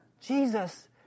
Jesus